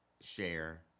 share